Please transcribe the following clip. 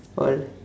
all